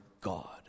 God